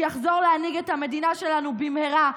שיחזור להנהיג את המדינה שלנו במהרה.